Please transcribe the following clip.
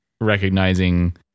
recognizing